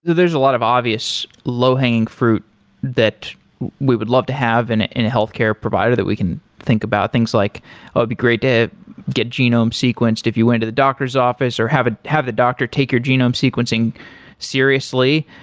there's a lot of obvious low-hanging fruit that we would love to have and in a healthcare provider that we can think about, things like it'd ah be great to get genome sequenced if you went to the doctor's office or have ah have the doctor take your genome sequencing seriously.